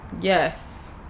Yes